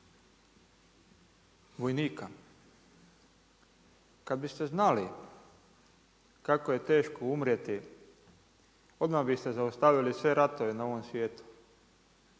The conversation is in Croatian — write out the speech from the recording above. vojnika kada biste znali kako je teško umrijeti odmah biste zaustavili sve ratove na ovom svijetu.